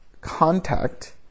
contact